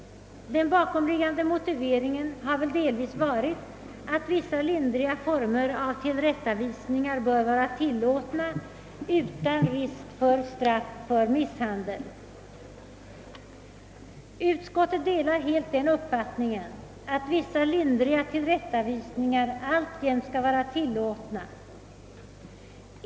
Den bakomliggande motiveringen har väl varit att vissa lindriga former av tillrättavisningar bör vara tillåtna utan risk för straff för misshandel. Utskottet delar helt den uppfattningen att vissa lindriga tillrättavisningar alltjämt skall vara tillåtna.